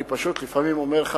אני פשוט אומר לך,